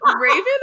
Raven